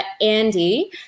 Andy